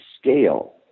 scale